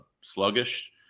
sluggish